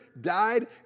died